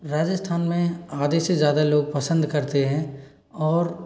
राजस्थान में आधे से ज़्यादा लोग पसंद करते हैं और